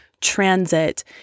transit